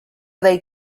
they